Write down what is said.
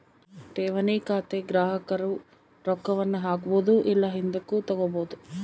ಠೇವಣಿ ಖಾತೆಗ ಗ್ರಾಹಕರು ರೊಕ್ಕವನ್ನ ಹಾಕ್ಬೊದು ಇಲ್ಲ ಹಿಂದುಕತಗಬೊದು